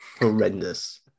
horrendous